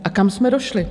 A kam jsme došli?